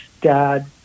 Dad